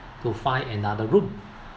to find another room